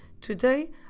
Today